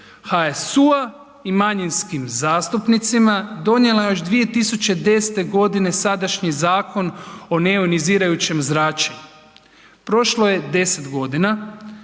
HSU-a i manjinskim zastupnicima donijela je još 2010.g. sadašnji Zakon o neionizirajućem zračenju. Prošlo je 10.g.